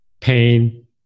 pain